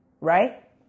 right